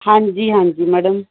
ਹਾਂਜੀ ਹਾਂਜੀ ਮੈਡਮ